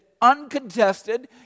uncontested